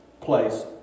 place